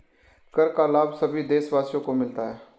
कर का लाभ सभी देशवासियों को मिलता है